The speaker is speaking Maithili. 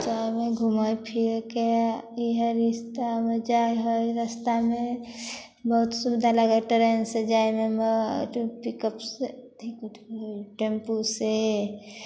जायमे घूमय फिरयके हइ इहे रस्तामे जाइ हइ रस्तामे बहुत सुबिधा लागै हइ ट्रेन से जाइमे टेम्पू से